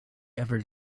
ever